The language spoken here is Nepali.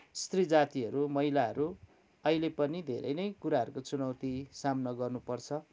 स्त्री जातिहरू महिलाहरू अहिले पनि धेरै नै कुराहरूको चुनौती सामना गर्नुपर्छ